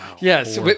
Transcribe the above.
Yes